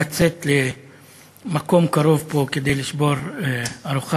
לצאת למקום קרוב פה כדי לשבור ארוחה